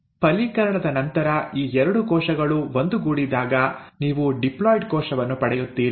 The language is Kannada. ಫಲೀಕರಣದ ನಂತರ ಈ ಎರಡು ಕೋಶಗಳು ಒಂದುಗೂಡಿದಾಗ ನೀವು ಡಿಪ್ಲಾಯ್ಡ್ ಕೋಶವನ್ನು ಪಡೆಯುತ್ತೀರಿ